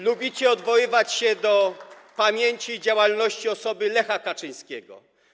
Lubicie odwoływać się do pamięci i działalności osoby Lecha Kaczyńskiego.